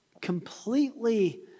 completely